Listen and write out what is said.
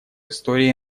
истории